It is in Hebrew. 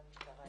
מהמשטרה.